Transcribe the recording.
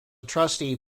trustee